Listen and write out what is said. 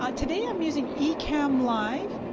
ah today i'm using ecam live.